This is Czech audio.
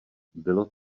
bylo